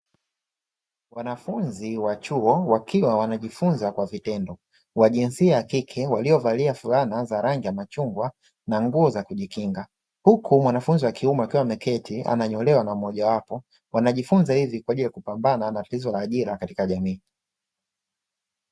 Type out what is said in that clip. Wanafunzi wa chuo wakiwa wanajifunza kwa vitendo; wa jinsia ya kike, waliovalia fulana za rangi ya machungwa na nguo za kujikinga, huku mwanafunzi wa kiume akiwa ameketi ananyolewa na mmoja wapo, wanijifunza hivi kwa ajili ya kupambana na tatizo la ajira katika jamii.